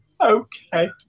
Okay